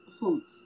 foods